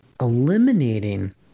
eliminating